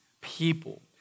people